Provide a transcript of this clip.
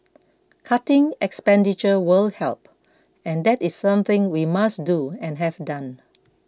cutting expenditure will help and that is something we must do and have done